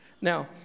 now